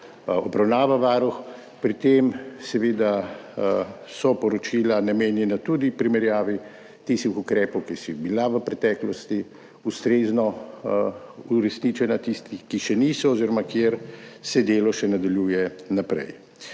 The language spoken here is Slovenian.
obravnava Varuh. Pri tem so seveda poročila namenjena tudi primerjavi tistih ukrepov, ki so bili v preteklosti ustrezno uresničeni, tistih, ki še niso oziroma kjer se delo še nadaljuje naprej.